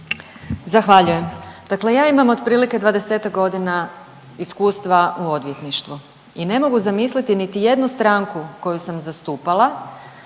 Zahvaljujem. Dakle, ja imam otprilike 20-ak godina iskustva u odvjetništvu i ne mogu zamisliti niti jednu stranku koju sam zastupala,